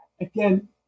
again